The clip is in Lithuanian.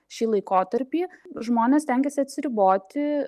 šį laikotarpį žmonės stengiasi atsiriboti